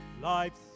life's